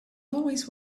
always